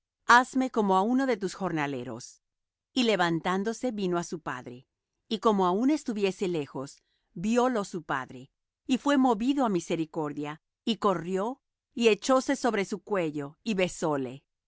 hazme como á uno de tus jornaleros y levantándose vino á su padre y como aun estuviese lejos viólo su padre y fué movido á misericordia y corrió y echóse sobre su cuello y besóle